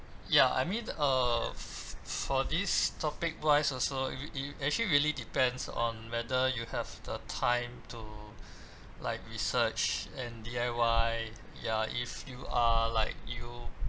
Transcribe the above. ya I mean uh f~ f~ f~ for this topic wise also you you actually really depends on whether you have the time to like research and D_I_Y ya if you are like you